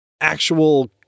actual